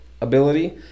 ability